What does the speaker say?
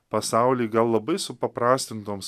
pasaulį gal labai supaprastintoms